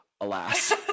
Alas